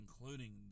including